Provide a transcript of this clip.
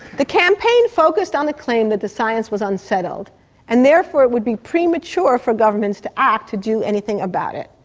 the campaign focused on the claim that the science was unsettled and therefore it would be premature for governments to act to do anything about it.